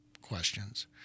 questions